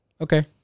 okay